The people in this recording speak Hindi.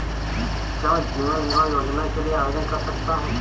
क्या मैं जीवन बीमा योजना के लिए आवेदन कर सकता हूँ?